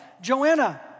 Joanna